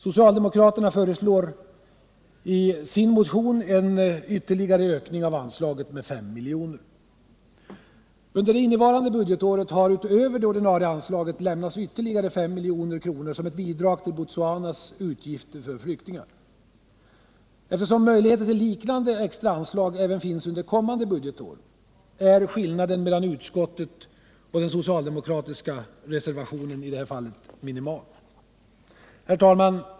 Socialdemokraterna föreslår i sin motion en ytterligare ökning av anslaget med 5 milj.kr. Under innevarande budgetår har utöver ordinarie anslag lämnats ytterligare 5 milj.kr. som ett bidrag till Botswanas utgifter för flyktingar. Eftersom möjligheterna till liknande extra anslag även finns under kommande budgetår, är skillnaden mellan utskottet och den socialdemokratiska reservationen minimal. Herr talman!